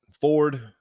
Ford